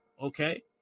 Okay